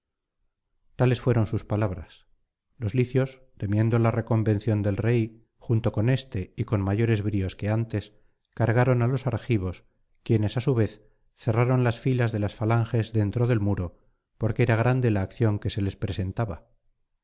tales fueron sus palabras los licios temiéndola reconvención del rey junto con éste y con mayores bríos que antes cargaron á los argivos quienes á su vez cerraron las filas de las falanges dentro del muro porque era grande la acción que se les presentaba